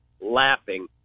laughing